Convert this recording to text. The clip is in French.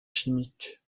chimiques